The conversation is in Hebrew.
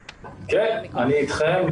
כן, אני אתכם.